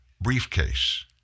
briefcase